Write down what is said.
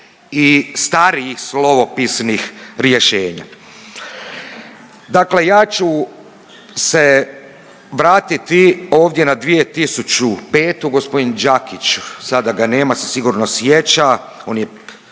i starijih slovopisnih rješenja. Dakle ja ću se vratiti ovdje na 2005., g. Đakić, sada ga nema, se sigurno sjeća, on je